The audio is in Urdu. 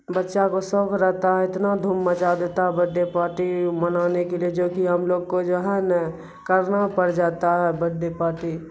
بچہ کو شوق رہتا ہے اتنا دھوم مچا دیتا ہے بڈڈے پارٹی منانے کے لیے جو کہ ہم لوگ کو جو ہے نا کرنا پڑ جاتا ہے بڈڈے پارٹی